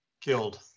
killed